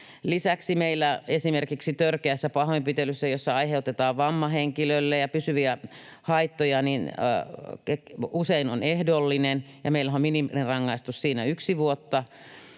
Lisäksi meillä esimerkiksi törkeästä pahoinpitelystä, jossa aiheutetaan henkilölle vamma ja pysyviä haittoja, se usein on ehdollinen. Meillähän on minimirangaistus siinä yksi vuosi